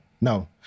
No